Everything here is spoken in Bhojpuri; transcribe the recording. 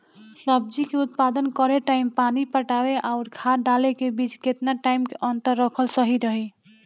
सब्जी के उत्पादन करे टाइम पानी पटावे आउर खाद डाले के बीच केतना टाइम के अंतर रखल सही रही?